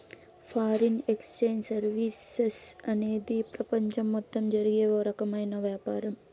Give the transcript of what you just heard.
foreign exchange services అనేది ప్రపంచం మొత్తం జరిగే ఓ రకమైన వ్యాపారం